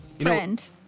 friend